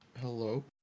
Hello